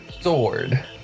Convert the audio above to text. sword